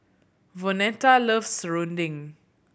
Vonetta loves serunding